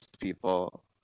people